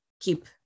keep